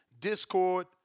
Discord